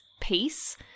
peace